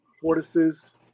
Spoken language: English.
tortoises